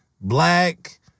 black